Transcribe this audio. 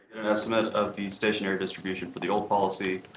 an estimate of the stationary distribution for the old policy,